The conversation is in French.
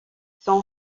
son